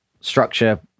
structure